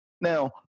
Now